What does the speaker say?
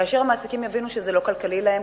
כאשר המעסיקים יבינו שזה לא כלכלי להם,